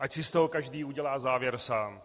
Ať si z toho každý udělá závěr sám.